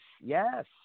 yes